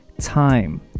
time